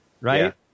Right